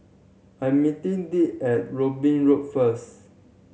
I'm meeting Dirk at Robin Road first